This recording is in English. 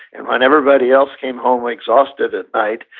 and when everybody else came home exhausted at night,